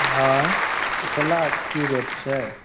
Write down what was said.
हँ केला की रेट छै